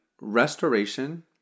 restoration